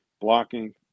blocking